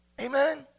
Amen